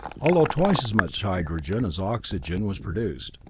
although twice as much hydrogen as oxygen was produced.